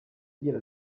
agira